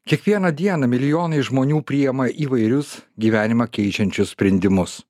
kiekvieną dieną milijonai žmonių priema įvairius gyvenimą keičiančius sprendimus